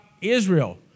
Israel